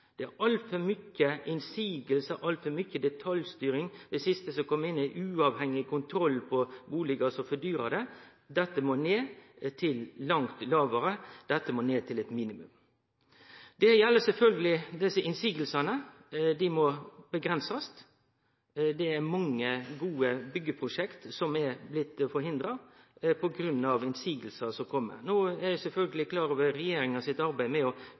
Det er altfor mange motsegner, altfor mykje detaljstyring. Det siste som kom inn, var uavhengig kontroll på bustader, noko som gjer det dyrare. Dette må ned til eit langt lågare nivå, det må ned til eit minimum. Det gjeld sjølsagt òg motsegnene – dei må avgrensast. Mange gode byggjeprosjekt har blitt forhindra på grunn av motsegner. No er eg sjølvsagt klar over regjeringa sitt arbeid med å